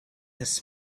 his